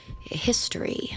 history